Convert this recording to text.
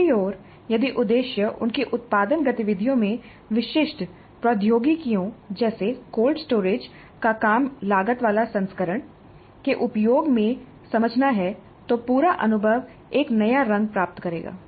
दूसरी ओर यदि उद्देश्य उनकी उत्पादन गतिविधियों में विशिष्ट प्रौद्योगिकियों जैसे कोल्ड स्टोरेज का कम लागत वाला संस्करण के उपयोग को समझना है तो पूरा अनुभव एक नया रंग प्राप्त करेगा